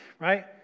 right